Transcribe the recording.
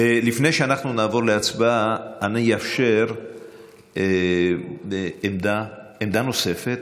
לפני שאנחנו נעבור להצבעה, אני אאפשר עמדה נוספת.